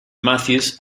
mathews